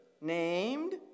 named